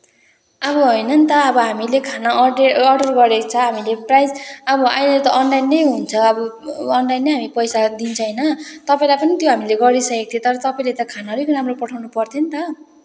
अब होइन नि त अब हामीले खाना अर्डर अर्डर गरेको छ हामीले प्राइस अब अहिले त अनलाइन नै हुन्छ अब अनलाइन नै हामी पैसा दिन्छ होइन तपाईँलाई पनि त्यो हामीले गरिसकेको थियो तर तपाईँले त खाना अलिक राम्रो पठाउनु पर्थ्यो नि त